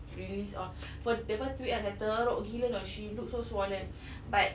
release all for the first two weeks kan macam teruk gila you know she looks so swollen but